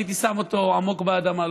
הייתי שם אותו עמוק באדמה,